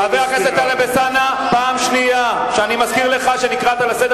חבר הכנסת טלב אלסאנע, אני קורא אותך לסדר